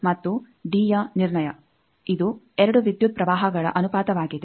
ಮತ್ತು ಡಿ ಯ ನಿರ್ಣಯ ಇದು 2 ವಿದ್ಯುತ್ ಪ್ರವಾಹಗಳ ಅನುಪಾತವಾಗಿದೆ